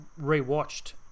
rewatched